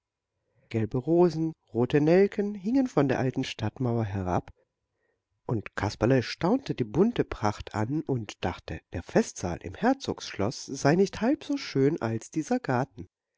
gelbe rosen rote nelken hingen von der alten stadtmauer herab und kasperle staunte die bunte pracht an und dachte der festsaal im herzogsschloß sei nicht halb so schön als dieser garten